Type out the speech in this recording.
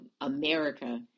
America